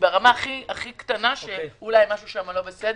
ברמה הכי קטנה שמשהו שם לא בסדר.